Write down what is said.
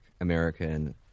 american